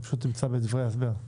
זה נמצא בדברי ההסבר.